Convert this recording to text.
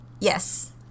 Yes